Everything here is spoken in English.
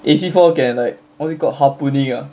A_C four can like what's it called harpooning ah